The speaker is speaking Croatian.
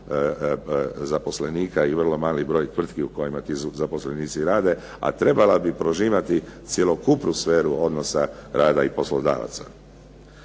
zaposlenika i vrlo mali broj tvrtki u kojima ti zaposlenici rade. A trebala bi prožimati cjelokupnu sferu odnosa rada i poslodavaca.